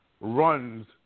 runs